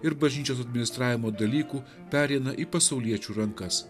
ir bažnyčios administravimo dalykų pereina į pasauliečių rankas